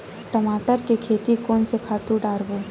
टमाटर के खेती कोन से खातु डारबो?